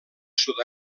sud